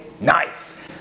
Nice